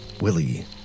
Willie